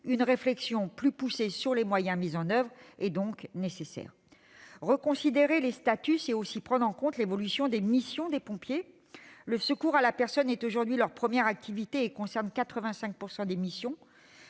Une réflexion plus poussée sur les moyens mis en oeuvre est donc nécessaire. Reconsidérer les statuts, c'est aussi prendre en compte l'évolution des missions des pompiers. Le secours à la personne est aujourd'hui leur première activité et concerne 85 % des missions.